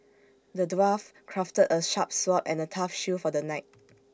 the dwarf crafted A sharp sword and A tough shield for the knight